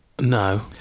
No